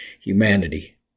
humanity